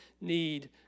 need